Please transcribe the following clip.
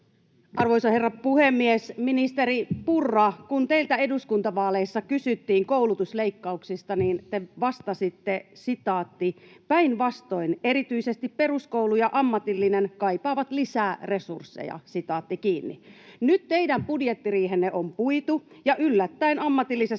Arvoisa herra puhemies! Ministeri Purra, kun teiltä eduskuntavaaleissa kysyttiin koulutusleikkauksista, niin te vastasitte: ”Päinvastoin erityisesti peruskoulu ja ammatillinen kaipaavat lisää resursseja.” Nyt teidän budjettiriihenne on puitu, ja yllättäen ammatillisesta